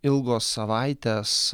ilgos savaitės